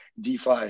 DeFi